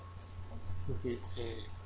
okay eh